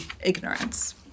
ignorance